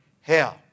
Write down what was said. hell